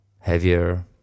heavier